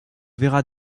verra